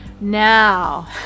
now